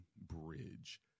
bridge